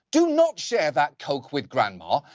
do not share that coke with grandma.